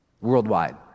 worldwide